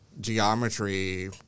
geometry